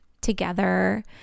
together